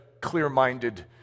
clear-minded